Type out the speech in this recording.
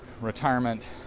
retirement